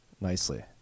nicely